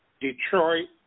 Detroit